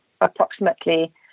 approximately